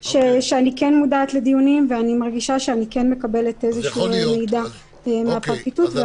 מודעת לדיונים ואני מרגישה שאני כן מקבלת איזשהו מידע מהפרקליטות.